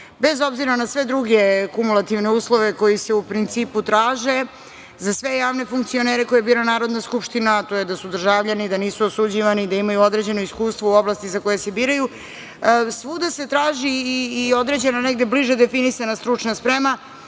Bez obzira na sve druge kumulativne uslove koji se u principu traže za sve javne funkcionere koje bira Narodna skupština, a to je da su državljani, da nisu osuđivani, da imaju određeno iskustvo u oblasti za koju se biraju, svuda se traži i određena, negde bliže definisana stručna sprema.